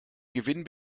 gewinn